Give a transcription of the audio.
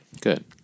Good